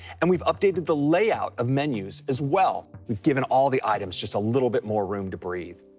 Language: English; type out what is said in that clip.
and we've updated the layout of menus as well. we've given all the items just a little bit more room to breathe.